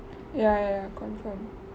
ya ya confirm